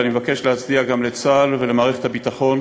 ואני מבקש להצדיע גם לצה"ל ולמערכת הביטחון